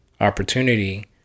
opportunity